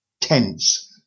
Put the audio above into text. tense